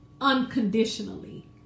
unconditionally